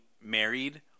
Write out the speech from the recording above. married